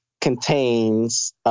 contains